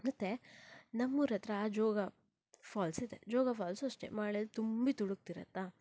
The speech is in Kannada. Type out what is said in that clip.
ಮತ್ತೆ ನಮ್ಮೂರ ಹತ್ರ ಜೋಗ ಫಾಲ್ಸ್ ಇದೆ ಜೋಗ ಫಾಲ್ಸ್ ಅಷ್ಟೆ ಮಳೇಲಿ ತುಂಬಿ ತುಳುಕ್ತಿರತ್ತಾ